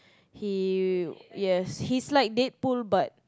he yes he's like Deadpool but